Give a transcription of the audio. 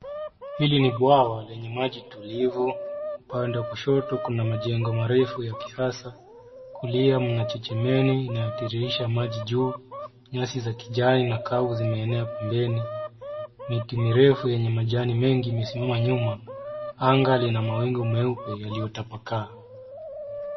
Hili ni bwawa lenye maji tulivu. Upande wa kushoto kuna majengo marefu ya kisasa, kulia mna chechemeni inayotiririsha maji juu, nyasi ya kijani na kavu zimeenea pembeni, miti mirefu yenye majani imesimama nyuma. Anga lina mawingu meupe yaliyotapakaa.